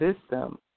system